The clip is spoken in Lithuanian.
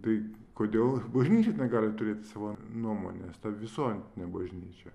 tai kodėl bažnyčia negali turėti savo nuomonės ta visuotinė bažnyčia